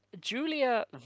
Julia